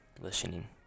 Listening